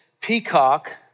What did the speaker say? Peacock